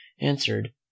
answered